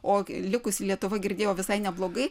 o likusi lietuva girdėjau visai neblogai